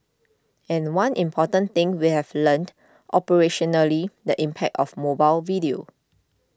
and one important thing we have learnt operationally the impact of mobile video